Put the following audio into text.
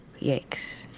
yikes